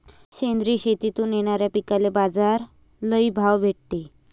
सेंद्रिय शेतीतून येनाऱ्या पिकांले बाजार लई भाव भेटते